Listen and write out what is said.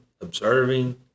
observing